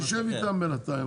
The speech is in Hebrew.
אז תשב איתם בינתיים.